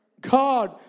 God